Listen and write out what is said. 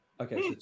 Okay